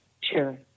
Sure